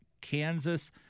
Kansas